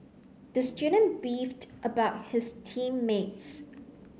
the student beefed about his team mates